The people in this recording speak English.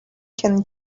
can